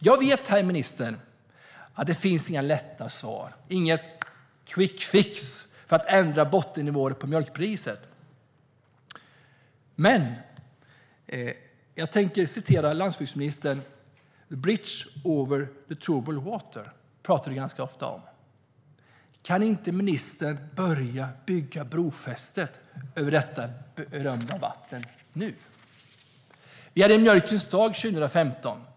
Jag vet, herr minister, att det inte finns några lätta svar, ingen quickfix, för att ändra bottennivåer på mjölkpriset. Men landsbygdsministern pratar ganska ofta om "a bridge over troubled water". Kan inte ministern börja att bygga brofästet över detta berömda vatten nu? Vi hade Mjölkens dag 2015.